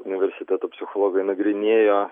universiteto psichologai nagrinėjo